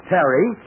Terry